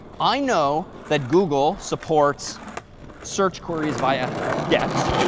i know that google supports search queries via get.